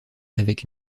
avec